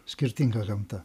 skirtinga gamta